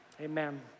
Amen